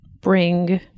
bring